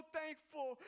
thankful